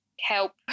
help